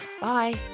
Bye